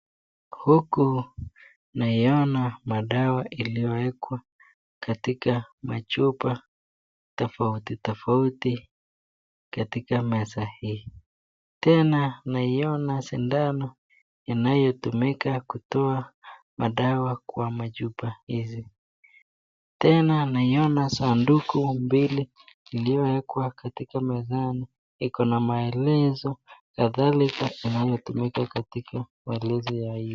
Huku naiona madawa iliyowekwa katika chupa tofauti tofauti katika meza hii tena naiona sindano inayotumika kutoa madawa kwa machupa hivi tena naiona sanduku mbili iliyowekwa katika mezani iko na maelezo kadhalika inayotumika katika waelezi ya hii.